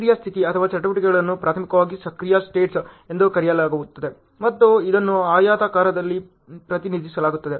ಸಕ್ರಿಯ ಸ್ಥಿತಿ ಅಥವಾ ಚಟುವಟಿಕೆಗಳನ್ನು ಪ್ರಾಥಮಿಕವಾಗಿ ಸಕ್ರಿಯ ಸ್ಟೇಟ್ಸ್ ಎಂದು ಕರೆಯಲಾಗುತ್ತದೆ ಮತ್ತು ಇದನ್ನು ಆಯತ ಆಕಾರದಲ್ಲಿ ಪ್ರತಿನಿಧಿಸಲಾಗುತ್ತದೆ